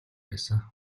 байсан